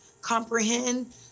comprehend